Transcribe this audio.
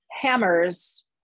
hammers